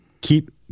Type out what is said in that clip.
keep